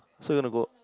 so you want to go